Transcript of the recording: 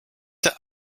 der